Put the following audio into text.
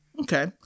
Okay